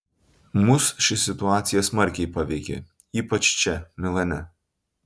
mus ši situacija smarkiai paveikė ypač čia milane